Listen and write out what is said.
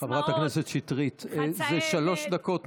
חצאי אמת,